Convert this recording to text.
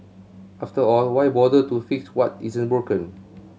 after all why bother to fix what isn't broken